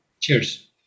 Cheers